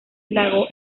lago